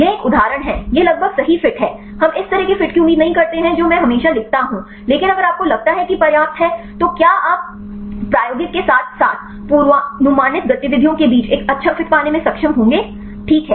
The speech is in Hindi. यह एक उदाहरण है यह लगभग सही फिट है हम इस तरह के फिट की उम्मीद नहीं करते हैं जो मैं हमेशा लिखता हूं लेकिन अगर आप को लगता है की पर्याप्त हैं तो क्या आप प्रायोगिक के साथ साथ पूर्वानुमानित गतिविधियों के बीच एक अच्छा फिट पाने में सक्षम होंगे ठीक है